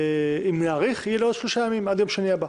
אם נאריך יהיו לו עוד שלושה ימים, עד יום שני הבא.